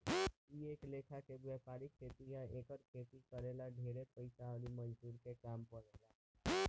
इ एक लेखा के वायपरिक खेती ह एकर खेती करे ला ढेरे पइसा अउर मजदूर के काम पड़ेला